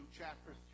chapter